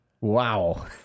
Wow